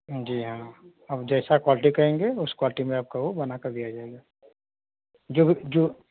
जी हाँ अब जैसा क्वालिटी कहेंगे उस क्वालिटी में आपका वो बना कर दिया जाएगा जो भी जो